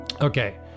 Okay